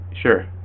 Sure